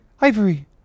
ivory